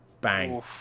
Bang